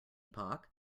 epoch